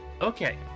Okay